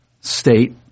state